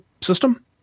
system